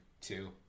two